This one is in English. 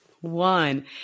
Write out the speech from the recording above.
One